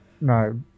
No